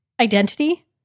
Identity